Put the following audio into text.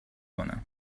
کنم